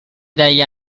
dagli